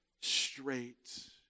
straight